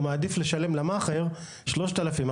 הוא מעדיף לשלם למאכער שלושת אלפים,